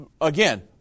Again